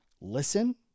listen